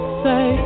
say